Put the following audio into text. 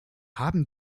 haben